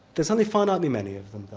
there's only finitely many of them though,